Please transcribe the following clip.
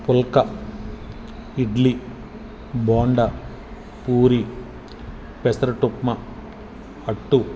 పుల్కా ఇడ్లీ బోండా పూరీ పెసరట్ ఉప్మా అట్టు